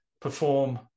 perform